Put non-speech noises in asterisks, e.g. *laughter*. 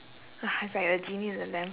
*noise* it's like a genie in the lamp